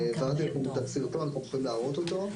העברתי לכם את הסרטון, אפשר להראות אותו.